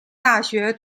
大学